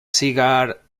cigar